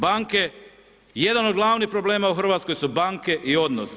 Banke, jedan od glavnih problema u Hrvatskoj su banke i odnos.